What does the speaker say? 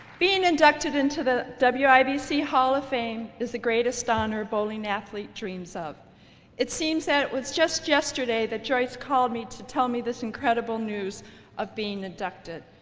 being inducted into the yeah wibc hall of fame is the greatest honor bowling athlete dreams of it seems that it was just yesterday that joyce called me to tell me this incredible news of being inducted.